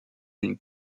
une